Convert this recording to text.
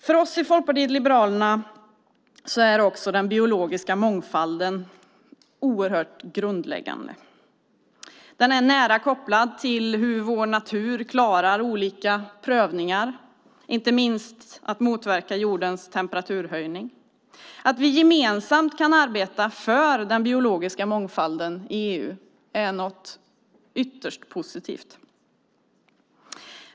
För oss i Folkpartiet liberalerna är också den biologiska mångfalden oerhört grundläggande. Den är nära kopplad till hur vår natur klarar olika prövningar, inte minst när det gäller att motverka jordens temperaturhöjning. Att vi gemensamt kan arbeta för den biologiska mångfalden i EU är ytterst positivt.